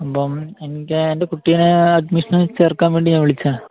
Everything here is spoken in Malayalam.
അപ്പം എനിക്ക് എന്റെ കുട്ടിനെ അഡ്മിഷന് ചേര്ക്കാന് വേണ്ടി ഞാന് വിളിച്ചതാണ്